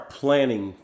planning